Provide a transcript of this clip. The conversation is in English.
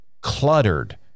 cluttered